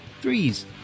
Threes